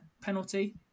penalty